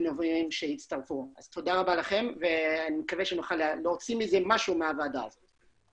תודה רבה לכם ואני מקווה שנוכל להוציא משהו משותף מהוועדה הזאת.